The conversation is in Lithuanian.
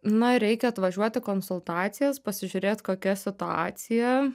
na reikia atvažiuoti į konsultacijas pasižiūrėt kokia situacija